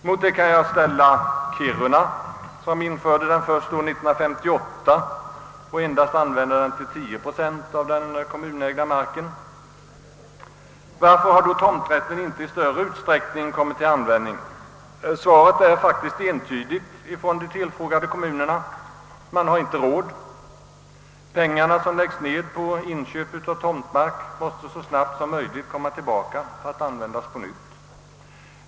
Mot det kan jag ställa Kiruna som införde tomträtten först år 1958 och endast använder den till 10 procent av den kommunägda marken. Varför har då tomträtten inte i större utsträckning kommit till användning? Svaret är entydigt från de tillfrågade kommunerna: man har inte råd. De pengar som lagts ned på inköp av tomtmark måste så snabbt som möjligt komma tillbaka för att användas på nytt.